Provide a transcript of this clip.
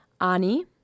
Ani